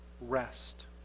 rest